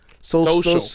Social